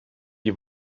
die